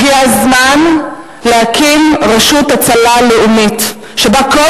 הגיע הזמן להקים רשות הצלה לאומית שבה כל